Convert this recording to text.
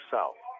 South